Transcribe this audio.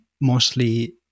mostly